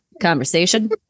conversation